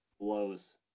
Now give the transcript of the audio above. blows